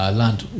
land